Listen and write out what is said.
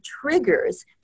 triggers